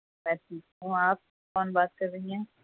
میں ٹھیک ہوں آپ کون بات کر رہی ہیں